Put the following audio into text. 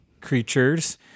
creatures